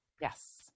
Yes